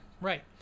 Right